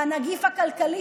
בנגיף הכלכלי,